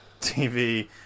TV